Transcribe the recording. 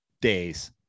days